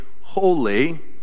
holy